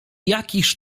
jakiż